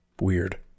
Weird